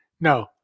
No